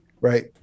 right